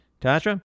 Tasha